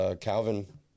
Calvin